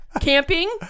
Camping